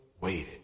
waited